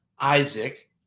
Isaac